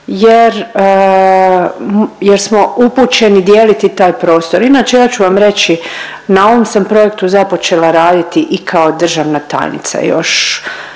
jer smo upućeni dijeliti taj prostor. Inače ja ću vam reći na ovom sam projektu započela raditi i kao državna tajnica još